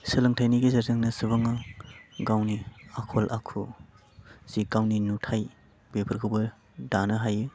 सोलोंथाइनि गेजेरजोंनो सुबुङा गावनि आखल आखु जे गावनि नुथाइ बेफोरखौबो दानो हायो